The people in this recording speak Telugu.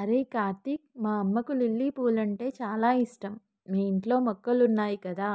అరేయ్ కార్తీక్ మా అమ్మకు లిల్లీ పూలంటే చాల ఇష్టం మీ ఇంట్లో మొక్కలున్నాయి కదా